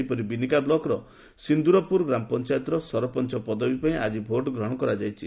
ସେହିପରି ବିନିକା ବ୍ଲକର ସିନ୍ଦୁରପୁର ଗ୍ରାମପଞାୟତର ସରପଞ୍ଚ ପଦବୀ ପାଇଁ ଆଜି ଭୋଟ ଗ୍ରହଣ ହୋଇଛି